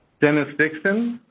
dennis dixon?